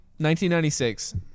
1996